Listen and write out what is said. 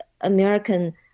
American